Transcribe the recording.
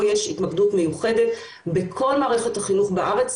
יש התמקדות מיוחדת בכל מערכת החינוך בארץ,